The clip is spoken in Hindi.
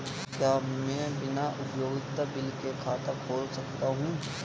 क्या मैं बिना उपयोगिता बिल के बैंक खाता खोल सकता हूँ?